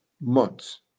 months